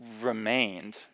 remained